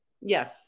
Yes